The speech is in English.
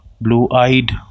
blue-eyed